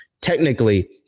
Technically